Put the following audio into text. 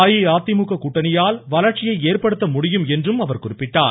அஇஅதிமுக கூட்டணியால் வளர்ச்சியை ஏற்படுத்த முடியும் என்றும் குறிப்பிட்டார்